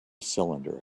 cylinder